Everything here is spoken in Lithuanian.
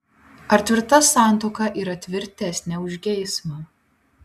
ar tvirta santuoka yra tvirtesnė už geismą